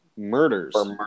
murders